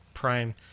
Prime